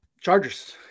chargers